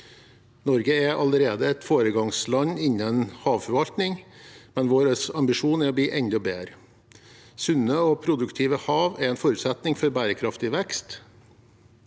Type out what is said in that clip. Norge er allerede et foregangsland innen havforvaltning, men vår ambisjon er å bli enda bedre. Sunne og produktive hav er en forutsetning for bærekraftig vekst.